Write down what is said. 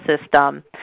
system